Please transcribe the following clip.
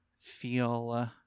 feel